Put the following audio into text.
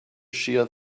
shear